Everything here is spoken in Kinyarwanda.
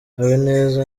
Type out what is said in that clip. habineza